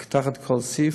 בכל סעיף.